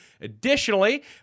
Additionally